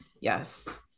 Yes